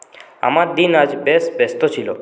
আমার দিন আজ বেশ ব্যস্ত ছিল